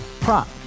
prop